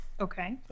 Okay